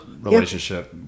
relationship